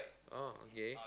orh okay